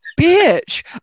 bitch